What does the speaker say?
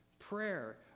prayer